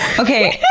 okay.